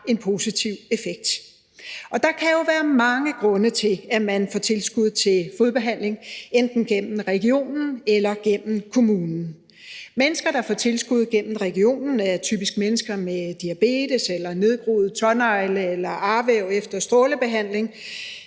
en positiv effekt. Der kan jo være mange grunde til, at man får tilskud til fodbehandling, enten gennem regionen eller gennem kommunen. Mennesker, der får tilskud gennem regionen, er typisk mennesker med diabetes, nedgroede tånegle eller arvæv efter strålebehandling,